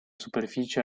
superficie